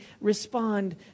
respond